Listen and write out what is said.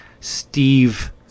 Steve